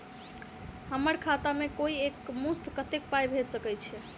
हम्मर खाता मे कोइ एक मुस्त कत्तेक पाई भेजि सकय छई?